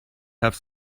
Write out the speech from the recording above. have